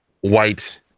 white